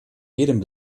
jedem